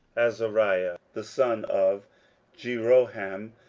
azariah the son of jeroham,